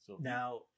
Now